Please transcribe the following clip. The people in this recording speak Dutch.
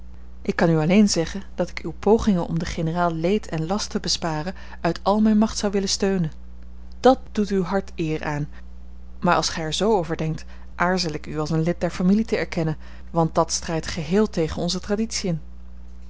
ik kan u alleen zeggen dat ik uwe pogingen om den generaal leed en last te besparen uit al mijne macht zou willen steunen dat doet uw hart eer aan maar als gij er zoo over denkt aarzel ik u als een lid der familie te erkennen want dat strijdt geheel tegen onze traditiën